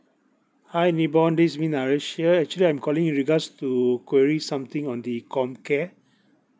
hi nibong this is me naresh here actually I'm calling in regards to query something on the comcare